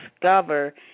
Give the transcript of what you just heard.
discover